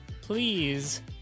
please